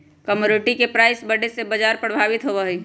commodity के price बढ़े से बाजार प्रभावित होबा हई